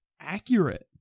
accurate